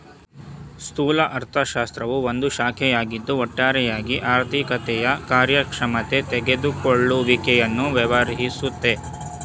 ಸ್ಥೂಲ ಅರ್ಥಶಾಸ್ತ್ರವು ಒಂದು ಶಾಖೆಯಾಗಿದ್ದು ಒಟ್ಟಾರೆಯಾಗಿ ಆರ್ಥಿಕತೆಯ ಕಾರ್ಯಕ್ಷಮತೆ ತೆಗೆದುಕೊಳ್ಳುವಿಕೆಯನ್ನು ವ್ಯವಹರಿಸುತ್ತೆ